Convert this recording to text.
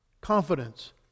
confidence